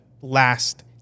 last